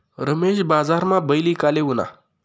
रमेश बजारमा बैल ईकाले ऊना